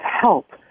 help